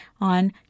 on